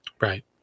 Right